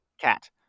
Cat